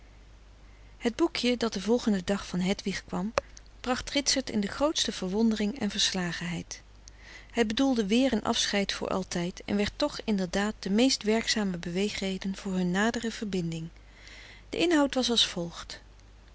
het briefje dat den volgenden dag van hedwig kwam bracht ritsert in de grootste verwondering en verslagenheid het bedoelde weer een afscheid voor altijd en werd toch inderdaad de meest werkzame beweegreden voor hun nadere verbinding de inhoud was als volgt